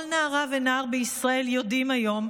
כל נערה ונער בישראל יודעים היום,